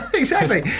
exactly.